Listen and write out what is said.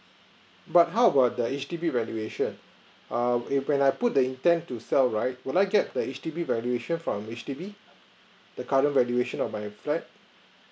but how about the H_D_B valuation err when I put the intend to sell right will I get the H_D_B valuation from H_D_B the current valuation of my flat